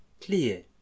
clear